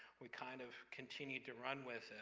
we kind of continued to run with it,